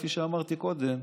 כפי שאמרתי קודם,